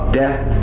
death